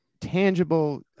tangible